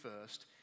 first